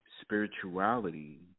spirituality